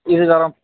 இதுக்கப்புறம்